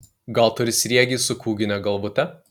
gal turi sriegį su kūgine galvute